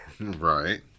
Right